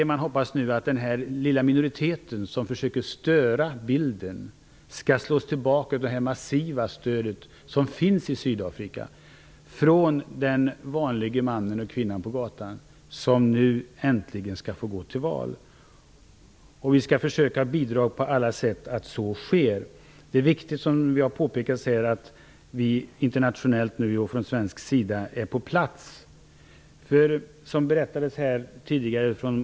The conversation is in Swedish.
Man hoppas att den lilla minoritet som försöker störa bilden skall slås tillbaka av det massiva stödet från den vanliga mannen och kvinnan på gatan som nu äntligen skall få gå till val. Vi skall på alla sätt försöka bidra till att så sker. Det är viktigt att internationella och svenska representanter finns på plats.